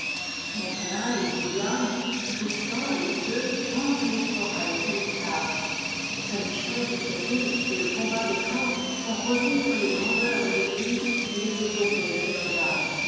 merlin et viviane tristan et iseult hantent les forêts et les plages saint michel du péril et le combat des trente font revivre les grandeurs de l'eglise et les épopées féodales